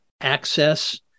access